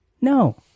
No